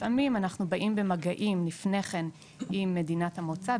לפעמים אנחנו באים לפני כן במגעים עם מדינת המוצא,